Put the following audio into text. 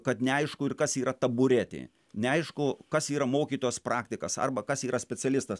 kad neaišku ir kas yra taburetė neaišku kas yra mokytojas praktikas arba kas yra specialistas